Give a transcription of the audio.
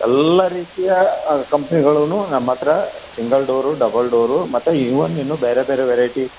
ಎಲ್ಲ ರೀತಿಯ ಕಂಪ್ನಿಗಳುನೂ ನಮ್ಮ ಹತ್ರ ಸಿಂಗಲ್ ಡೋರು ಡಬಲ್ ಡೋರು ಮತ್ತು ಈವನ್ ಇನ್ನು ಬೇರೆ ಬೇರೆ ವೆರೈಟಿ